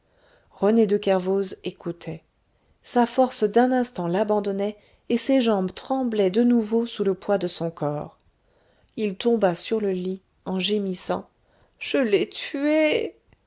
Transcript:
rené de kervoz écoutait sa force d'un instant l'abandonnait et ses jambes tremblaient de nouveau sous le poids de son corps il tomba sur le lit en gémissant je l'ai tuée